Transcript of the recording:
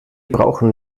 brauchen